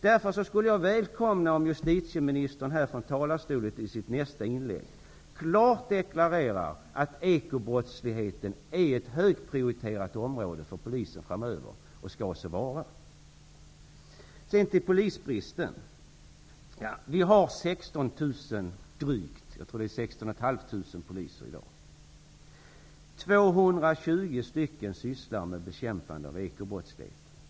Därför skulle jag välkomna om justitieministern här från talarstolen i sitt nästa inlägg klart deklarerar att ekobrottsligheten är ett högprioriterat område för polisen framöver, och skall så vara. Låt mig gå över till polisbristen. Vi har drygt 16 000 poliser i dag. 220 sysslar med bekämpande av ekobrottsligheten.